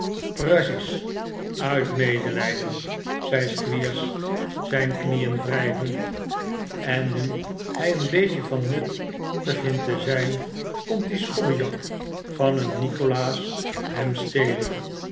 precies uit medelijden zei squeers zijn knieen wrijvend en nu hij een beetje van nut begint te zijn komt die schobbejak van een nikolaas hem stelen